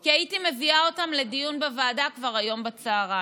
כי הייתי מביאה אותם לדיון בוועדה כבר היום בצוהריים.